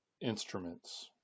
instruments